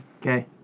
okay